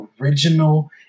original